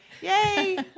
Yay